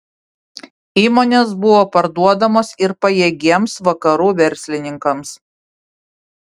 įmonės buvo parduodamos ir pajėgiems vakarų verslininkams